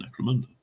Necromunda